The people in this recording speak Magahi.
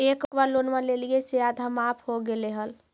एक बार लोनवा लेलियै से आधा माफ हो गेले हल?